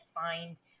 find